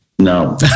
No